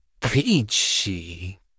peachy